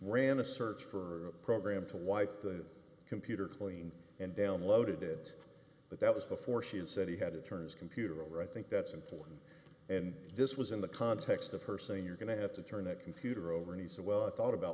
ran a search for a program to wipe the computer clean and downloaded it but that was before she had said he had to turn his computer over i think that's important and this was in the context of her saying you're going to have to turn that computer over and he said well i thought about